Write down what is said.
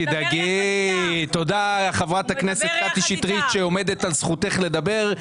תודה לחברת הכנסת קטי שטרית שעומדת על זכותך לדבר,